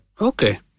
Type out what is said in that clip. Okay